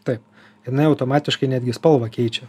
taip jinai automatiškai netgi spalvą keičia